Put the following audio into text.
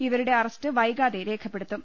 ഇവരുടെ അറസ്റ്റ് വൈകാതെ രേഖപ്പെടുത്തും